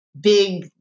big